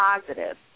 positive